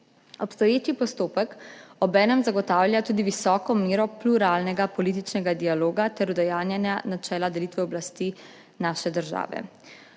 Obstoječi postopek obenem zagotavlja tudi visoko mero pluralnega političnega dialoga ter udejanjanja načela delitve oblasti naše države.